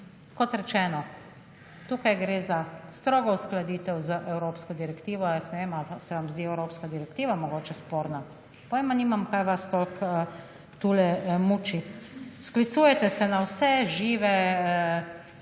Kot rečeno, tukaj gre za strogo uskladitev z evropsko direktivo, jaz ne vem ali se vam zdi evropska direktiva mogoče sporna, pojma nimam kaj vas toliko tu muči. Sklicujete se na vse žive,